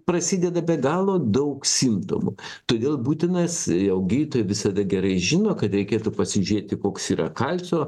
prasideda be galo daug simptomų todėl būtinas jau gydytojai visada gerai žino kad reikėtų pasižėti koks yra kalcio